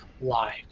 live